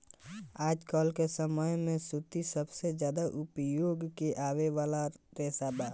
आजकल के समय में सूती सबसे ज्यादा उपयोग में आवे वाला रेशा बा